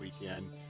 weekend